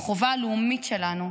החובה הלאומית שלנו.